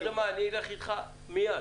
אני אלך איתך מייד.